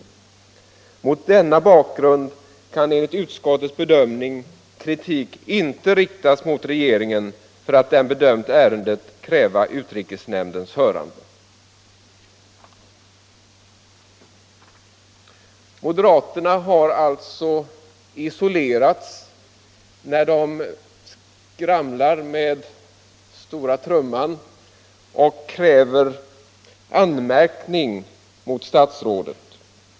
Mot denna bakgrund kan enligt utskottets bedömning kritik inte riktas mot regeringen för att den inte bedömt ärendet kräva utrikesnämndens hörande.” Moderaterna har alltså isolerats när de slår på stora trumman och kräver anmärkning mot statsrådet.